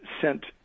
sent